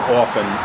often